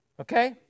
Okay